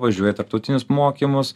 važiuoja į tarptautinius mokymus